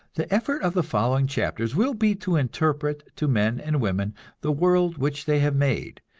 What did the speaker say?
the effort of the following chapters will be to interpret to men and women the world which they have made,